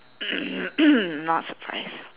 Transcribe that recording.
not surprised